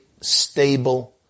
stable